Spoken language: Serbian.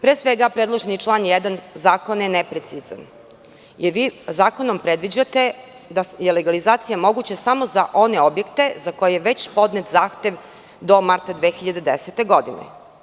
Pre svega, predloženi član 1. zakona je neprecizan, jer zakonom predviđate da je legalizacija moguća samo za one objekte za koje je već podnet zahtev do marta 2010. godine.